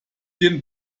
den